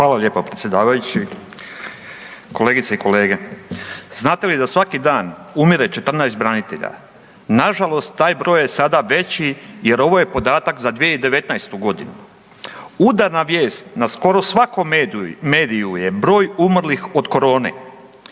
Hvala lijepo predsjedavajući, kolegice i kolege. Znate li da svaki dan umire 14 branitelja. Na žalost taj broj je sada veći jer ovo je podatak za 2019. godinu. Udarna vijest na skoro svakom mediju je broj umrlih od corone,